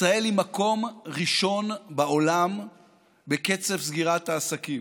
ישראל היא מקום ראשון בעולם בקצב סגירת העסקים.